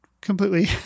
completely